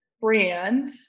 brand